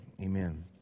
amen